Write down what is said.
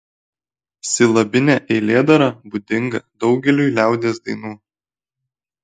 silabinė eilėdara būdinga daugeliui liaudies dainų